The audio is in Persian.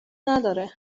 نداره